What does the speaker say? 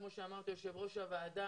כפי שאמר יושב ראש הועדה.